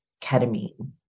ketamine